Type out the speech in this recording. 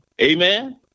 Amen